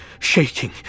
Shaking